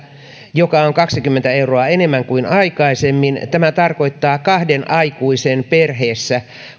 joka on kaksikymmentä euroa enemmän kuin aikaisemmin tämä tarkoittaa että kahden aikuisen perheessä